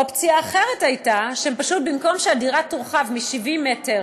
אופציה אחרת הייתה שפשוט במקום שהדירה תורחב מ-70 מטר